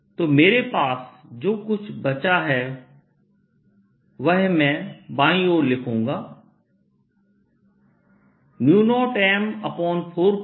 तो मेरे पास जो कुछ बचा है वह मैं बाईं ओर लिखूंगा